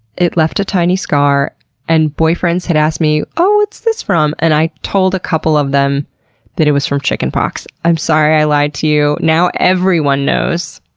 it left a tiny scar and boyfriends had asked me oh, what's this from? and, told a couple of them that it was from chicken pox. i am sorry i lied to you. now everyone knows.